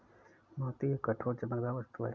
मोती एक कठोर, चमकदार वस्तु है